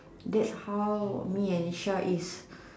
that's how me and Char is